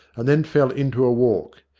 and then fell into a walk.